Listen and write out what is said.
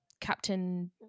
captain